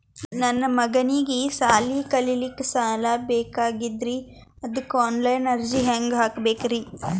ನನ್ನ ಮಗನಿಗಿ ಸಾಲಿ ಕಲಿಲಕ್ಕ ಸಾಲ ಬೇಕಾಗ್ಯದ್ರಿ ಅದಕ್ಕ ಆನ್ ಲೈನ್ ಅರ್ಜಿ ಹೆಂಗ ಹಾಕಬೇಕ್ರಿ?